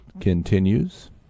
continues